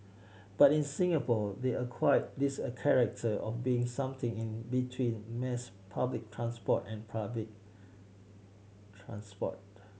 but in Singapore they acquired this a character of being something in between mass public transport and private transport